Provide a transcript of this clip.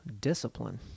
Discipline